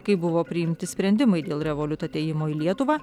kaip buvo priimti sprendimai dėl revoliut atėjimo į lietuvą